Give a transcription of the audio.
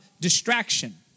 distraction